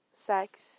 Sex